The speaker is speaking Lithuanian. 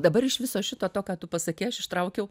dabar iš viso šito to ką tu pasakei aš ištraukiau